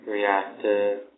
Reactive